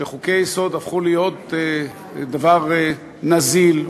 שחוקי-יסוד הפכו להיות דבר נזיל,